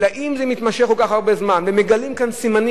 אבל אם זה מתמשך כל כך הרבה זמן ומגלים סימנים